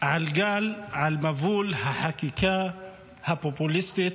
על גל, על מבול החקיקה הפופוליסטית,